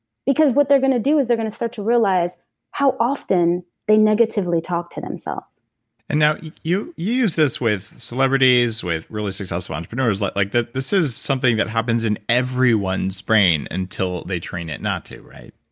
because what they're going to do is they're going to start to realize how often they negatively talk to themselves and now, you use this with celebrities, with really successful entrepreneurs, like like this is something that happens in everyone's brain until they train it not to, right?